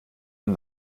und